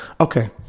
Okay